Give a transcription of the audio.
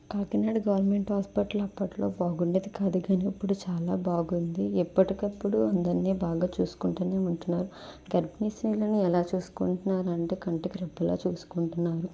Kakinada government hospital అప్పట్లో బాగుండేది కాదు కానీ ఇప్పుడు చాలా బాగుంది ఎప్పటికప్పుడు అందరినీ బాగా చూసుకుంటూనే ఉంటున్నారు గర్భిణీ స్త్రీలని ఎలా చూసుకుంట్నారు అంటే కంటికి రెప్పలా చూసుకుంటున్నారు